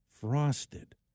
frosted